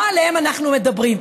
לא עליהם אנחנו מדברים.